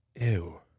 Ew